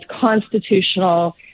constitutional